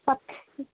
స